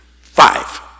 Five